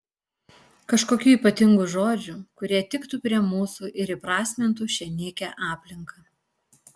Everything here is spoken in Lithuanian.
kažkokių ypatingų žodžių kurie tiktų prie mūsų ir įprasmintų šią nykią aplinką